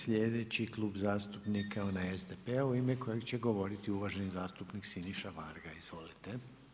Sljedeći klub zastupnika je onaj SDP-a u ime kojeg će govoriti uvaženi zastupnik Siniša Varga, izvolite.